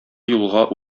юлга